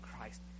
Christ